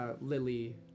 lily